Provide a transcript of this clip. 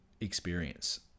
experience